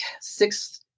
six